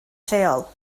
lleol